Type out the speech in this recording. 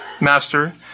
Master